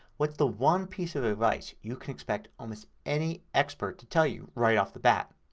what's the one piece of advice you can expect almost any expert to tell you right off the bat.